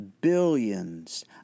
Billions